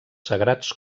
sagrats